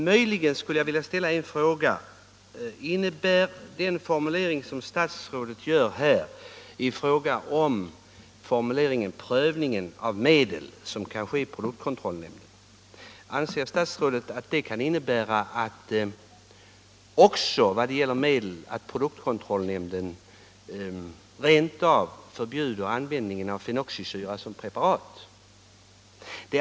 Möjligen skulle jag vilja ställa en fråga: Innebär statsrådets formulering 71 rörande den prövning av medel som skall ske i produktkontrollnämnden, att nämnden rent av kan förbjuda användningen av fenoxisyror som preparat?